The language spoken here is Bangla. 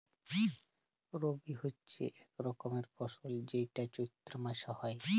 রবি হচ্যে এক রকমের ফসল যেইটা চৈত্র মাসে হ্যয়